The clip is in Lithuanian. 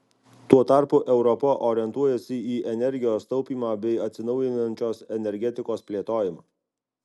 tuo tarpu europa orientuojasi į energijos taupymą bei atsinaujinančios energetikos plėtojimą